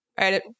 right